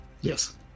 Yes